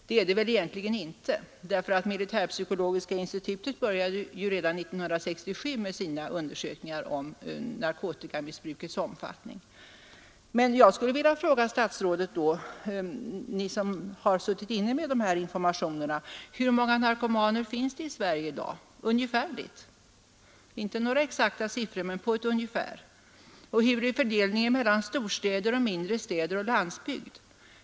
Det är det väl egentligen inte, eftersom militärpsykologiska institutet ju började redan 1957 med sina undersökningar om narkotikamissbrukets omfattning. Men jag skulle vilja fråga statsrådet som har haft tillgång till informationerna i detta avseende: Hur många narkomaner finns det i Sverige i dag — inte i exakta siffror men på ett ungefär — och hurudan är fördelningen mellan större städer, mindre städer och landsbygd?